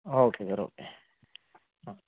okay sir okay ಹಾಂ